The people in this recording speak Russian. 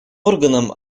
органам